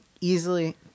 easily